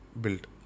build